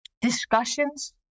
discussions